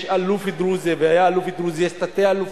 יש אלוף דרוזי והיה אלוף דרוזי, יש תתי-אלופים.